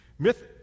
Myth